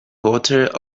potter